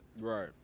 Right